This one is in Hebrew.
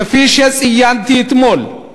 כפי שציינתי אתמול,